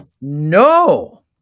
No